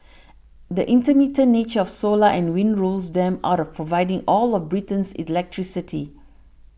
the intermittent nature of solar and wind rules them out of providing all of Britain's electricity